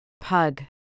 Pug